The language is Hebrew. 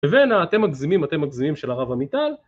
והנה אתם מגזימים אתם מגזימים של הרב המיטל